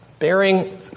Bearing